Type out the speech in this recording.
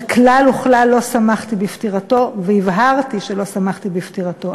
שכלל וכלל לא שמחתי בפטירתו והבהרתי שלא שמחתי בפטירתו.